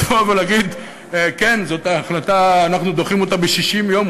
להגיד: אנחנו דוחים את ההחלטה ב-60 יום,